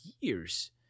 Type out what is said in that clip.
years